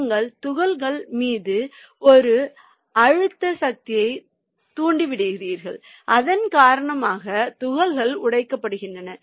நீங்கள் துகள்கள் மீது ஒரு அழுத்த சக்தியை தூண்டிவிட்டீர்கள் அதன் காரணமாக துகள்கள் உடைக்கப்படுகின்றன